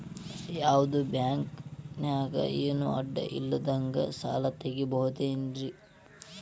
ಯಾವ್ದೋ ಬ್ಯಾಂಕ್ ದಾಗ ಏನು ಅಡ ಇಲ್ಲದಂಗ ಸಾಲ ತಗೋಬಹುದೇನ್ರಿ?